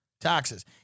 taxes